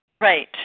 Right